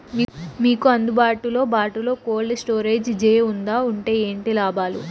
మీకు అందుబాటులో బాటులో కోల్డ్ స్టోరేజ్ జే వుందా వుంటే ఏంటి లాభాలు?